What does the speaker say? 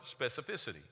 specificity